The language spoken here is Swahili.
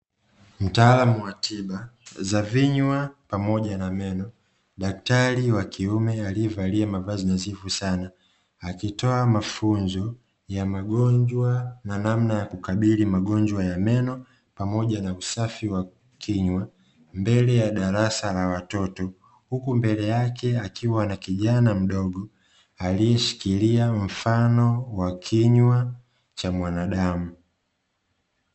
Mtaalamu wa tiba za vinywa pamoja na meno. Daktari wa kiume aliyevalia mavazi nadhifu sana, akitoa mafunzo ya magonjwa na namna ya kukabili magonywa ya meno pamoja na usafi wa kinywa mbele ya darasa la watoto, huku mbele yake kukiwa na kijana mdogo aliyeshikilia mfano wa kinywa cha binadamu.